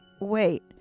Wait